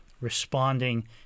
responding